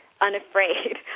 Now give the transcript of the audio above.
unafraid